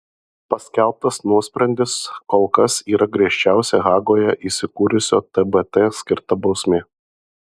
paskelbtas nuosprendis kol kas yra griežčiausia hagoje įsikūrusio tbt skirta bausmė